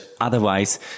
Otherwise